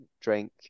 drink